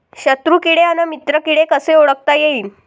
शत्रु किडे अन मित्र किडे कसे ओळखता येईन?